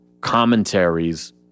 commentaries